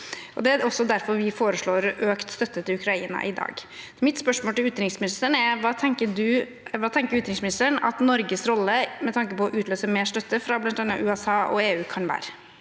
Det er også derfor vi foreslår økt støtte til Ukraina i dag. Mitt spørsmål til utenriksministeren er: Hva tenker utenriksministeren at Norges rolle med tanke på å utløse mer støtte fra bl.a. USA og EU kan være?